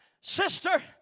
Sister